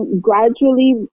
gradually